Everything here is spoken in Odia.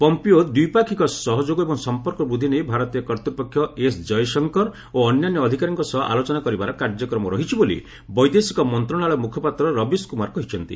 ପମ୍ପିଓ ଦ୍ୱିପାକ୍ଷିକ ସହଯୋଗ ଓ ସମ୍ପର୍କ ବୃଦ୍ଧି ନେଇ ଭାରତୀୟ କର୍ତ୍ତ୍ୱପକ୍ଷ ଏସ୍ କୟଶଙ୍କର ଓ ଅନ୍ୟାନ୍ୟ ଅଧିକାରୀଙ୍କ ସହ ଆଲୋଚନା କରିବାର କାର୍ଯ୍ୟକ୍ରମ ରହିଛି ବୋଲି ବୈଦେଶିକ ମନ୍ତ୍ରଣାଳୟ ମୁଖପାତ୍ର ରବୀଶ କୁମାର କହିଛନ୍ତି